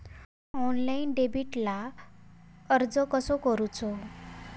Online डेबिटला अर्ज कसो करूचो?